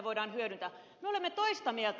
me olemme toista mieltä